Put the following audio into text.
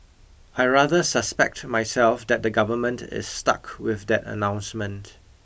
I rather suspect to myself that the government is stuck with that announcement